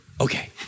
Okay